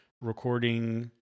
recording